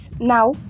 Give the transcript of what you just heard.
now